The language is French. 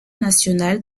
nationale